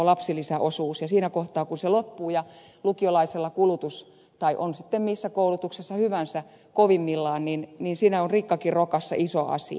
siinä kohtaa kun se loppuu kulutus on kovimmillaan esimerkiksi lukiolaisen koulutus tai on lapsi sitten missä koulutuksessa hyvänsä siinä on rikkakin rokassa iso asia